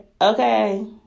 okay